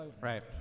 right